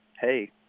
hey